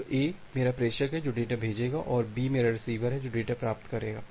तो A मेरा प्रेषक है जो डेटा भेजेगा और B मेरा रिसीवर है जो डेटा प्राप्त करेगा